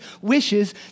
wishes